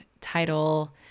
title